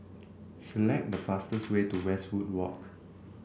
select the fastest way to Westwood Walk